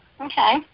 Okay